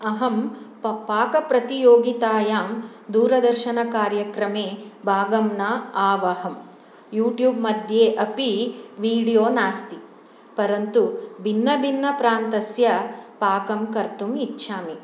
अहं पाकप्रतियोगितायां दूरदरशनकार्यक्रमे भागं न आवहं यूट्युब् मध्ये अपि वीडियो नास्ति परन्तु भिन्नभिन्न प्रान्तस्य पाकं कर्तुम् इच्छामि